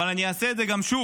אבל אני אעשה את זה שוב